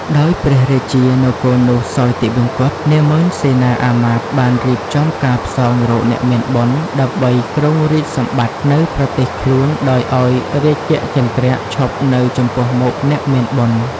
ដោយព្រះរាជានគរនោះសោយទិវង្គត នាម៉ឺនសេនាមាត្យបានរៀបចំការផ្សងរកអ្នកមានបុណ្យ ដើម្បីគ្រងរាជ្យសម្បត្តិនៅប្រទេសខ្លួនដោយឱ្យរាជគជេន្ទ្រឈប់នៅចំពោះមុខអ្នកមានបុណ្យ។